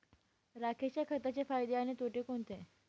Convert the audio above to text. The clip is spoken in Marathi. राखेच्या खताचे फायदे आणि तोटे कोणते?